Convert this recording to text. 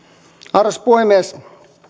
arvoisa puhemies